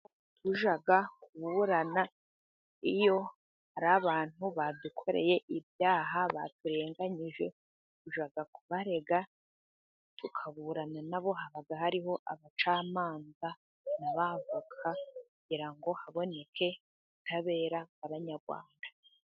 Tujya kuburana iyo ari abantu badukoreye ibyaha, baturenganyije, turya kubarega, tukaburana nabo, haba hariho abacamanza n'abavoka kugira ngo haboneke ubutabera nk'abanyarwanda.